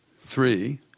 Three